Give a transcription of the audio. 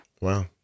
Wow